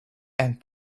and